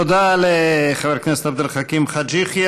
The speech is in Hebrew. תודה לחבר הכנסת עבד אל חכים חאג' יחיא.